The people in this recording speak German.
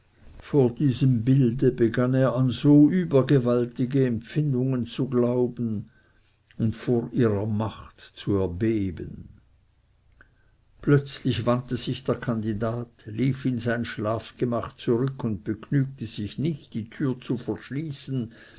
vor diesem bilde begann er an so übergewaltige empfindungen zu glauben und vor ihrer macht zu erbeben plötzlich wandte sich der kandidat lief in sein schlafgemach zurück und begnügte sich nicht die türe zu verschließen